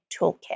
toolkit